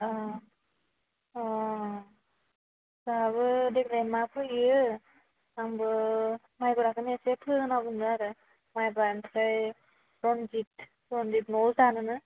अह अ जोंहाबो देग्लाय मा फोयो आंबो माइब्राखोनो इसे फोना होगौमोन आरो माइब्रा ओमफ्राय रन्जित रन्जित न'आव जानोनो